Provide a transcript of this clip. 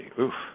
oof